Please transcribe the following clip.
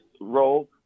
role